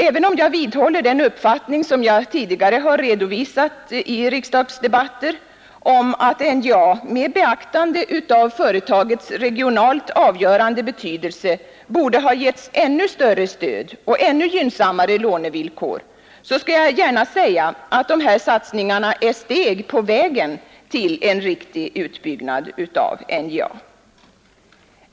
Även om jag vidhåller den uppfattning jag tidigare redovisat i riksdagsdebatter om att NJA med beaktande av företagets regionalt avgörande betydelse borde ha getts ännu större stöd och gynnsammare lånevillkor, så skall jag gärna säga att dessa satsningar är steg på vägen till en riktig utbyggnad av NJA.